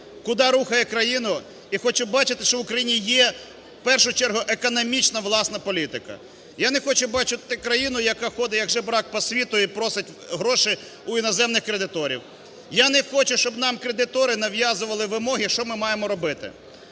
куди рухає країну. І хочу бачити, що в Україні є в першу чергу економічна власна політика. Я не хочу бачити країну, яка ходить як жебрак по світу і просить грошей у іноземних кредиторів. Я не хочу, щоб нам кредитори нав'язували вимоги, що ми маємо робити.